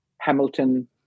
Hamilton